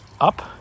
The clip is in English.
up